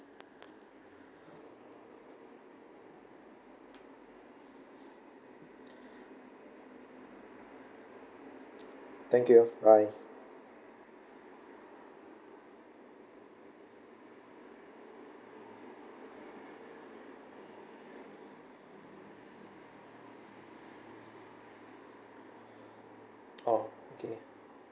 thank you bye orh okay